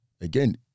again